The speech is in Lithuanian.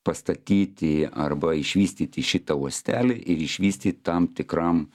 pastatyti arba išvystyti šitą uostelį ir išvystyt tam tikram